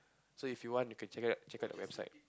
so you want you can check up check up the website